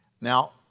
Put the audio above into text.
Now